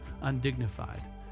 undignified